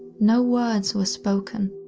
no words were spoken,